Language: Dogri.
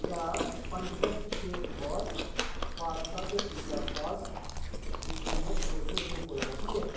क्या पंज पैकट शेफबॉस पास्ता ते पिज्जा सॉस दी कीमत दो सौ रपेऽ कोला मती ऐ